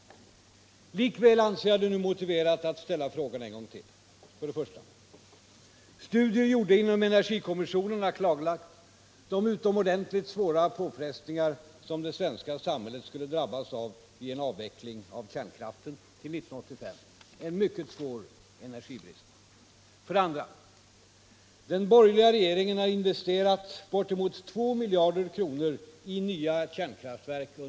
Likväl anser jag det nu motiverat att ställa frågorna ännu en gång. För det första, studier gjorda inom energikommissionen har klarlagt de utomordentligt svåra påfrestningar som det svenska samhället skulle drabbas av vid en avveckling av kärnkraften till år 1985. Det skulle uppstå en mycket svår energibrist. För det andra, den borgerliga regeringen har under det senaste året investerat bortemot 2 miljarder kronor i nya kärnkraftverk.